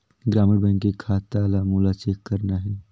ग्रामीण बैंक के खाता ला मोला चेक करना हे?